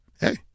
Hey